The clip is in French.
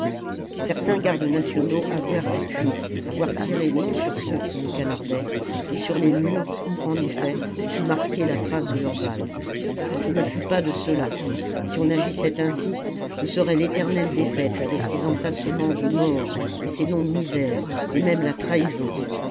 certains gardes nationaux avouèrent depuis avoir tiré non sur ceux qui nous canardaient mais sur les murs où en effet fut marquée la trace de leurs balles je ne fus pas de ceux-là si on agissait ainsi ce serait l'éternelle défaite avec ses entassements de morts et ses longues misères et même la trahison